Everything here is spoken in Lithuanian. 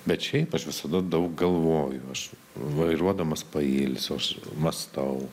bet šiaip aš visada daug galvoju aš vairuodamas pailsiu aš mąstau